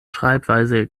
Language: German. schreibweise